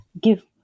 give